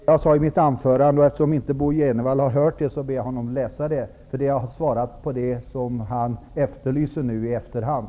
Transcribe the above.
Herr talman! Det var det jag sade i mitt anförande. Eftersom Bo Jenevall inte har hört det ber jag honom att läsa det. Där har jag svarat på det som han efterlyser nu i efterhand.